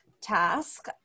task